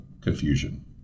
confusion